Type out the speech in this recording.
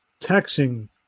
texting